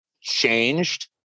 changed